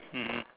mmhmm